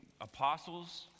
apostles